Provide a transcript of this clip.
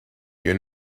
you